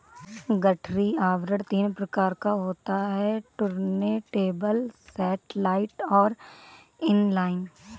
गठरी आवरण तीन प्रकार का होता है टुर्नटेबल, सैटेलाइट और इन लाइन